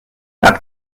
pak